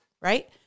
right